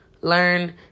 learn